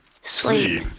sleep